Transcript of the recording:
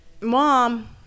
mom